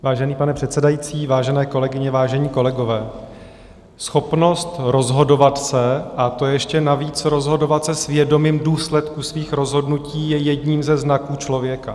Vážený pane předsedající, vážené kolegyně, vážení kolegové, schopnost rozhodovat se, a to ještě navíc rozhodovat se s vědomím důsledků svých rozhodnutí, je jedním ze znaků člověka.